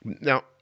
now